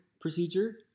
procedure